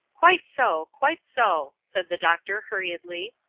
quite so! quite so! said the doctor, hurriedly.